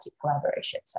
collaboration